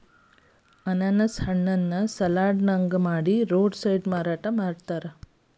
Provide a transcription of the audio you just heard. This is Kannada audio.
ಅನಾನಸ್ ಹಣ್ಣನ್ನ ಸಲಾಡ್ ನಂಗ ಮಾಡಿ ರೋಡ್ ಸೈಡ್ ಮಾರಾಟ ಮಾಡ್ತಾರ